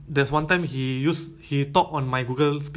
you you can guess the birthday means you know actually the person [what]